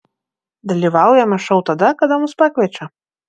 dalyvaujame šou tada kada mus pakviečia